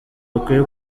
bakwiye